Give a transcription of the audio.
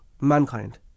mankind